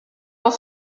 dans